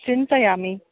चिन्तयामि